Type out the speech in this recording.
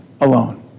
alone